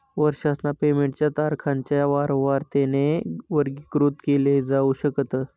वर्षासन पेमेंट च्या तारखांच्या वारंवारतेने वर्गीकृत केल जाऊ शकत